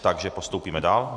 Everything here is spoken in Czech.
Takže postoupíme dál.